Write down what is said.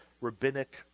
rabbinic